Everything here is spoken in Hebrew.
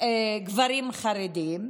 גברים חרדים,